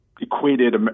equated